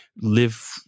live